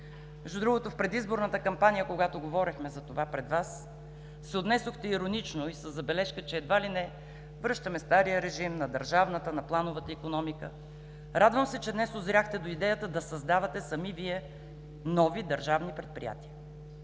другото, в предизборната кампания, когато говорехме за това пред Вас, се отнесохте иронично и със забележка, че едва ли не връщаме стария режим на държавната, на плановата икономика. Радвам се, че днес узряхте до идеята Вие сами да създавате нови държавни предприятия.